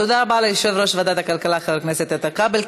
תודה רבה ליושב-ראש ועדת הכלכלה חבר הכנסת איתן כבל.